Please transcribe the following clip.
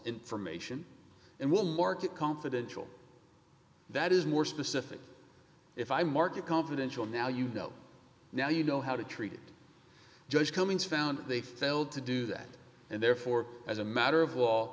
information and we'll mark it confidential that is more specific if i market confidential now you know now you know how to treat it just coming found they failed to do that and therefore as a matter of